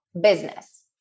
business